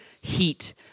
heat